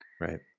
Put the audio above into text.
Right